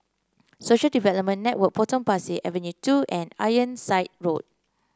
Social Development Network Potong Pasir Avenue two and Ironside Road